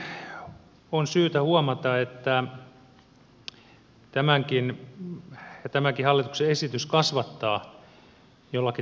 toki on syytä huomata että tämäkin hallituksen esitys kasvattaa jollakin tavalla hallintoa